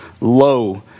low